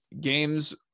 games